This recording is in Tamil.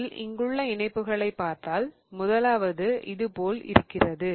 இதில் இங்குள்ள இணைப்புகளைப் பார்த்தால் முதலாவது இதுபோல் இருக்கிறது